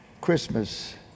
Christmas